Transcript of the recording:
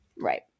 Right